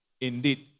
indeed